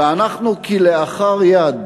ואנחנו, כלאחר יד,